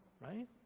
right